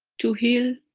to heal,